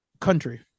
country